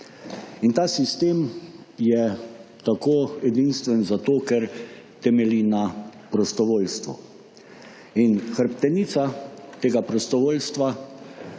In ta sistem je tako edinstven zato, ker temelji na prostovoljstvu. In hrbtenica tega prostovoljstva